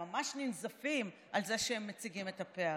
הם ממש ננזפים על זה שהם מציגים את הפערים.